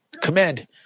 command